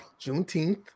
Juneteenth